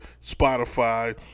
Spotify